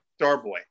Starboy